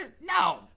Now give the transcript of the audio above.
no